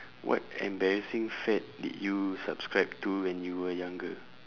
what embarrassing fad did you subscribe to when you were younger